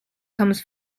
comes